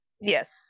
Yes